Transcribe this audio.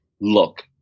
look